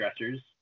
stressors